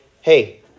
Hey